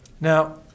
Now